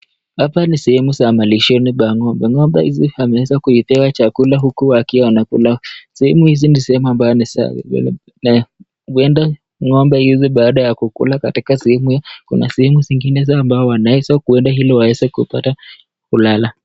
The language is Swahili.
Hapa ni sehemu za malishoni pa ng'ombe, ng'ombe hizi zimeweza kupewa chakula huku wakiwa wanakula, sehemu hizi ni sehemu ambayo huenda ng'ombe hizi baada ya kukula katika sehemu hii, kuna sehemu zingine ambayo wanaweza kuenda ili waeze kupata kulala.